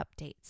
updates